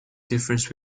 difference